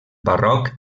barroc